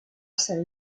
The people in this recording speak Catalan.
sant